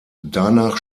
danach